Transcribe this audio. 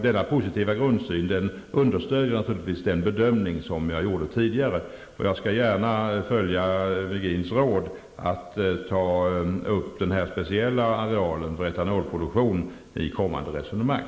Denna positiva grundsyn understöder naturligtvis den bedömning som jag gjorde tidigare. Jag skall gärna följa Ivar Virgins råd att ta upp den areal som speciellt används för etanolproduktion i kommande resonemang.